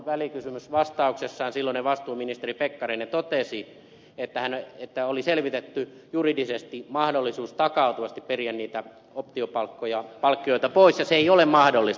välikysymysvastauksessaan silloinen vastuuministeri pekkarinen totesi että oli selvitetty juridisesti mahdollisuus takautuvasti periä niitä optiopalkkioita pois ja se ei ole mahdollista